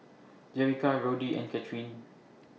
Jerrica Roddy and Kathryne